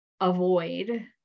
avoid